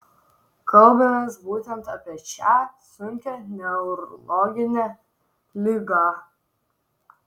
kalbamės būtent apie šią sunkią neurologinę ligą